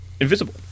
invisible